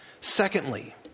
Secondly